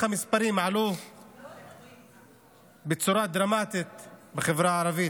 המספרים עלו בצורה דרמטית בחברה הערבית,